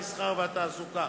המסחר והתעסוקה.